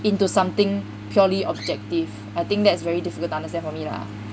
into something purely objective I think that's very difficult understand for me lah